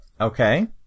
okay